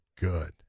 good